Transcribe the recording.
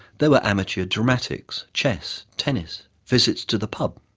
there were amateur dramatics, chess, tennis, visits to the pub,